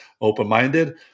open-minded